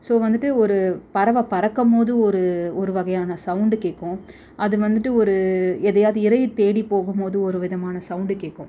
so வந்துவிட்டு ஒரு பறவை பறக்கும்போது ஒரு ஒரு வகையான சவுண்டு கேட்கும் அது வந்துவிட்டு ஒரு எதையாவது இரையை தேடி போகும்போது ஒரு விதமான சவுண்டு கேட்கும்